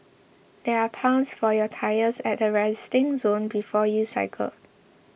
there are pumps for your tyres at the resting zone before you cycle